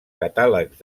catàlegs